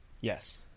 Yes